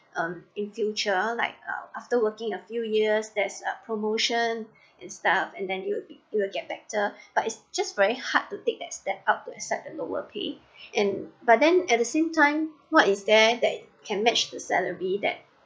um in future like after working a few years there's a promotion and stuff and then you will be you will get better but it's just very hard to take that step up to accept a lower pay and but then at the same time what is there that can match the salary that